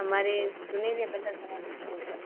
हमारे सुनेहरिया कलर बनाने है उसके ऊपर